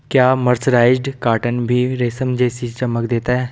क्या mercerised cotton भी रेशम जैसी चमक देता है?